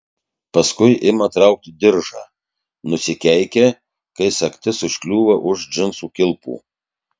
paskui ima traukti diržą nusikeikia kai sagtis užkliūva už džinsų kilpų